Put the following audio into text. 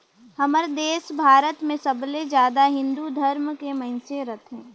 हमर देस भारत मे सबले जादा हिन्दू धरम के मइनसे रथें